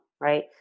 right